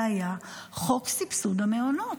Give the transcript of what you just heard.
היה חוק סבסוד המעונות.